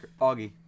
Augie